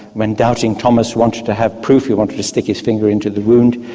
when doubting thomas wanted to have proof, he wanted to stick his finger into the wound,